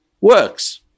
works